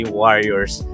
warriors